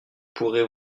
pourrez